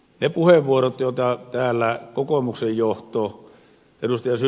ne puheenvuorot joita täällä kokoomuksen johto ed